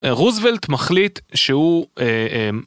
רוזוולט מחליט שהוא